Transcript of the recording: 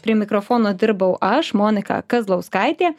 prie mikrofono dirbau aš monika kazlauskaitė